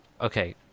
Okay